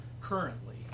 currently